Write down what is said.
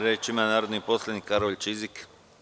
Reč ima narodni poslanik Karolj Čizik.